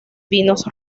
vinos